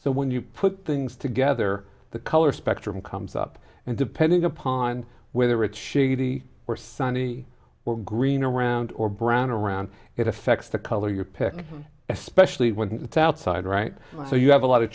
so when you put things together the color spectrum comes up and depending upon whether it's shady or sunny or green around or brown around it affects the color you're picking especially when it's outside right so you have a lot of